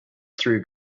through